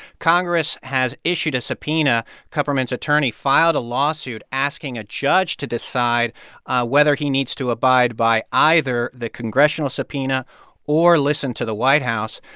congress has issued a subpoena. kupperman's attorney filed a lawsuit asking a judge to decide whether he needs to abide by either the congressional subpoena or listen to the white house.